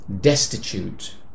Destitute